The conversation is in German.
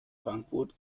frankfurt